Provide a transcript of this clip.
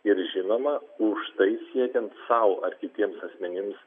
ir žinoma už tai siekiant sau ar kitiems asmenims